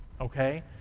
Okay